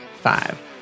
five